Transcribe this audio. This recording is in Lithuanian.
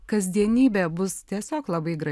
kasdienybė bus tiesiog labai